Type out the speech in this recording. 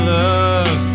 love